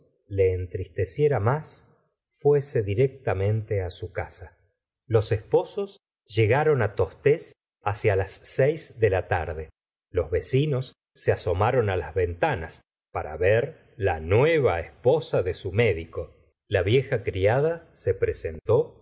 le entristeciera más fuese directamente su casa los esposos llegaron tostes hacia las seis de la tarde los vecinos se asomaron las ventanas para ver la nueva esposa de su médico la vieja criada se presentó